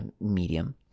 medium